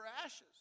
ashes